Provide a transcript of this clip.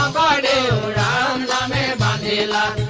um da da da um da um and da da